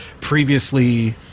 previously